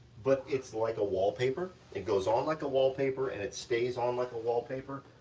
but it's like a wallpaper, it goes on like a wallpaper, and it stays on like a wallpaper.